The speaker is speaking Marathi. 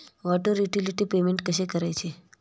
वॉटर युटिलिटी पेमेंट कसे करायचे?